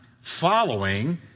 following